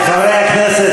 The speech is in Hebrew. חברי הכנסת,